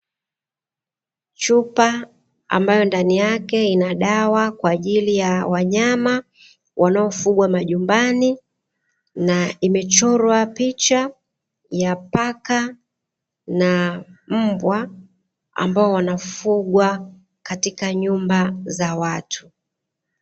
Chupa ambayo ndani yake ina dawa kwa ajili ya wanyama wanaofugwa majumbani, na imechorwa picha ya paka na mbwa, ambao wanafugwa katika nyumba za watu.